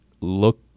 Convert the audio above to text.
look